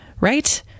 Right